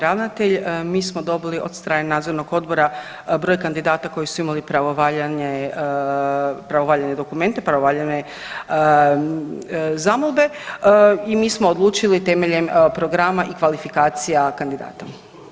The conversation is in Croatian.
novi ravnatelj mi smo dobili od strane nadzornog odbora broj kandidata koji su imali pravovaljane dokumente, pravovaljane zamolbe i mi smo odlučili temeljem programa i kvalifikacija kandidata.